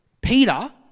Peter